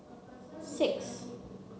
six